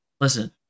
listen